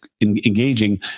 engaging